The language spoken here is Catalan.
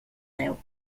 veu